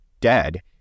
dead